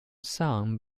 sung